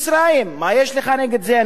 מה יש לך נגד זה, אני לא יודע.